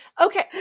Okay